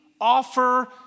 offer